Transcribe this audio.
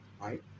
right